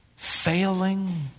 Failing